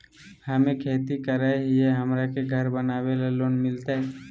हमे खेती करई हियई, हमरा के घर बनावे ल लोन मिलतई?